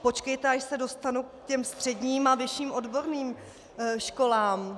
Počkejte, až se dostanu k těm středním a vyšším odborným školám.